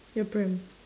your pram